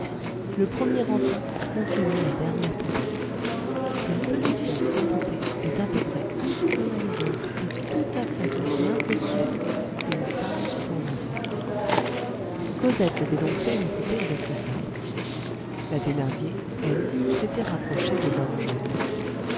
le premier enfant continue la dernière poupée une petite fille sans poupée est à peu près aussi malheureuse et tout à fait aussi impossible qu'une femme sans enfant cosette s'était donc fait une poupée avec le sabre la thénardier elle s'était rapprochée de l homme jaune